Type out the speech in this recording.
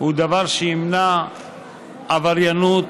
הוא דבר שימנע עבריינות